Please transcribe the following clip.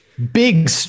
big